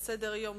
להמשך סדר-היום: